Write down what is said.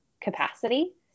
capacity